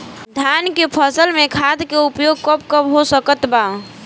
धान के फसल में खाद के उपयोग कब कब हो सकत बा?